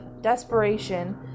desperation